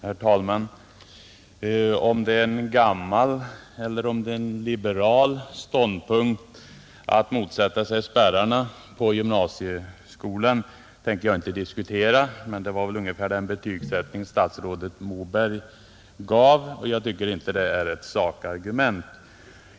Herr talman! Om det är en ”gammal” eller om det är en ”liberal” ståndpunkt att motsätta sig spärrarna på gymnasieskolan tänker jag inte diskutera, men det var ungefär den betygsättning statsrådet Moberg använde, och jag tycker inte det är ett sakargument.